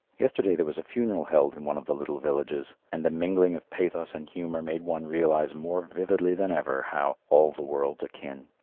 yesterday there was a funeral held in one of the little villages, and the mingling of pathos and humour made one realize more vividly than ever how all the world's akin.